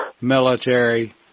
military